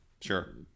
sure